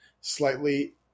slightly